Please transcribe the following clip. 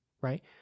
right